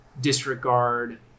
disregard